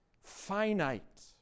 finite